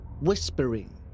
whispering